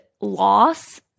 loss